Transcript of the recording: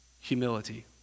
humility